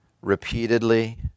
repeatedly